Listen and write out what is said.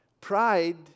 Pride